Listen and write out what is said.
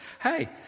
Hey